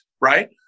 right